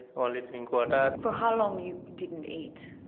only drink water. for how long you didn't eat?